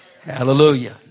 Hallelujah